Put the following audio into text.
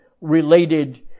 related